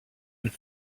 and